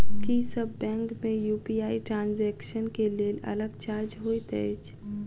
की सब बैंक मे UPI transaction केँ लेल अलग चार्ज होइत अछि?